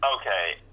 Okay